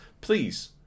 please